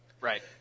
Right